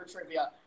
trivia